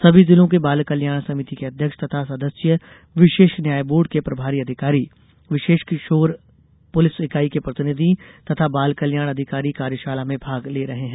सभी जिलों के बाल कल्याण समिति के अध्यक्ष तथा सदस्य विशेष न्याय बोर्ड के प्रभारी अधिकारी विशेष किशोर पुलिस इकाई के प्रतिनिधि तथा बाल कल्याण अधिकारी कार्यशाला में भाग ले रहे हैं